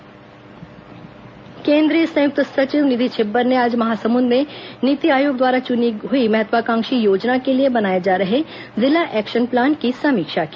केन्द्रीय संयुक्त सचिव केन्द्रीय संयुक्त सचिव निधि छिब्बर ने आज महासमुंद में नीति आयोग द्वारा चुनी हुई महत्वाकांक्षी योजना के लिए बनाए जा रहे जिला एक्शन प्लान की समीक्षा की